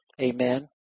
Amen